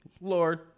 Lord